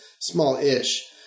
small-ish